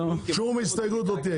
שום הסתייגות לא תהיה,